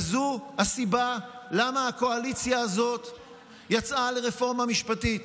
זו הסיבה לכך שהקואליציה הזו יצאה לרפורמה משפטית.